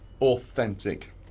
authentic